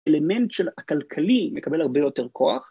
‫אלמנט של הכלכלי מקבל הרבה יותר כוח.